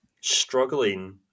struggling